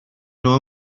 nhw